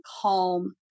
calm